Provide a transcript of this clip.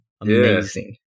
amazing